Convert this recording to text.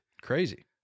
Crazy